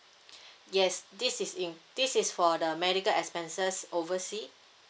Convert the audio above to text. yes this is in~ this is for the medical expenses oversea